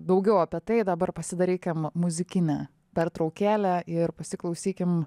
daugiau apie tai dabar pasidarykim muzikinę pertraukėlę ir pasiklausykim